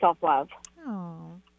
self-love